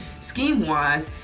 scheme-wise